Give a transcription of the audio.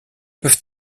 peuvent